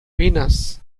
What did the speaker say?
venus